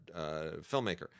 filmmaker